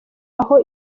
aha